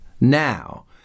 now